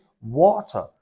water